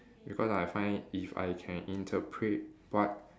because I find it if I can interpret what